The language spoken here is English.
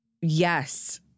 yes